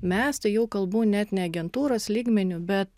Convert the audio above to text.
mes tai jau kalbu net ne agentūros lygmeniu bet